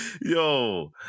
yo